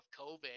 covid